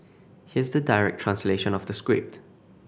here's the direct translation of the script